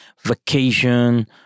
vacation